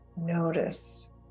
notice